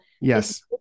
yes